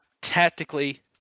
tactically